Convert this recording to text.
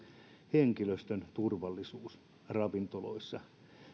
henkilöstön turvallisuus ravintoloissa